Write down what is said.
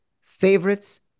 favorites